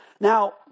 Now